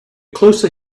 closer